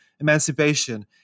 emancipation